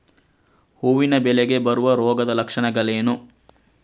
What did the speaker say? ಹೂವಿನ ಬೆಳೆಗೆ ಬರುವ ರೋಗದ ಲಕ್ಷಣಗಳೇನು?